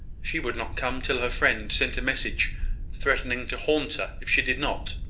she would not come till her friend sent a message threatening to haunt her if she did not.